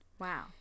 Wow